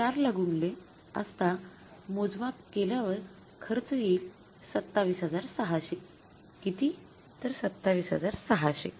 ४ ला गुणले असता मोजमाप केल्यावर खर्च येईल २७६०० किती तर २७६००